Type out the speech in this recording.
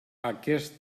aquest